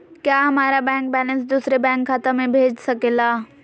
क्या हमारा bank balance दूसरे बैंक खाता में भेज सके ला?